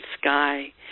sky